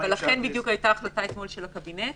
ולכן הייתה אתמול החלטה של הקבינט